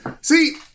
See